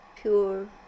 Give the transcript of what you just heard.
pure